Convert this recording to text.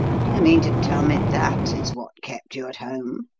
do you mean to tell me that is what kept you at home?